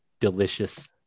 delicious